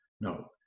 no